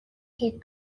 heat